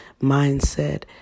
mindset